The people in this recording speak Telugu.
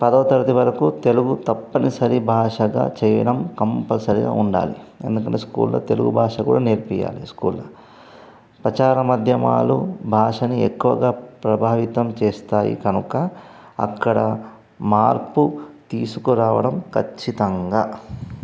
పదోతరగతి వరకు తెలుగు తప్పనిసరి భాషగా చేయడం కంపల్సరిగా ఉండాలి ఎందుకంటే స్కూల్లో తెలుగు భాష కూడా నేర్పియ్యాలి స్కూల్లో ప్రచార మాధ్యమాలు భాషని ఎక్కువగా ప్రభావితం చేస్తాయి కనుక అక్కడ మార్పు తీసుకురావడం ఖచ్చితంగా